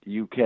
UK